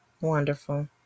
Wonderful